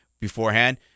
beforehand